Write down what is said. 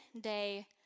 day